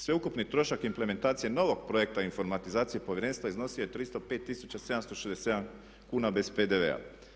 Sveukupni trošak implementacije novog projekta informatizacije povjerenstva iznosio je 305 767 kuna bez PDV-a.